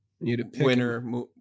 winner